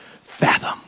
fathom